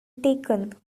taken